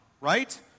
right